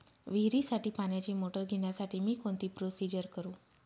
विहिरीसाठी पाण्याची मोटर घेण्यासाठी मी कोणती प्रोसिजर करु?